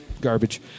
garbage